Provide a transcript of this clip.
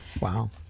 Wow